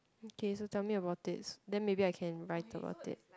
okay so tell me about it then maybe I can write about it